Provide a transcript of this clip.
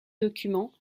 documents